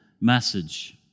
message